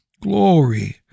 Glory